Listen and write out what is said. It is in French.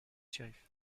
shériff